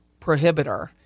prohibitor